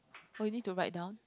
oh need to write down